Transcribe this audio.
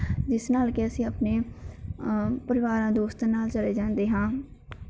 ਜਿਸ ਨਾਲ ਕਿ ਅਸੀਂ ਆਪਣੇ ਪਰਿਵਾਰਾਂ ਦੋਸਤਾਂ ਨਾਲ ਚਲੇ ਜਾਂਦੇ ਹਾਂ